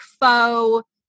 faux